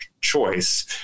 choice